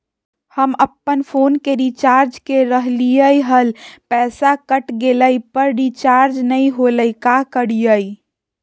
हम अपन फोन के रिचार्ज के रहलिय हल, पैसा कट गेलई, पर रिचार्ज नई होलई, का करियई?